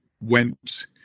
went